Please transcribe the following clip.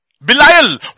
Belial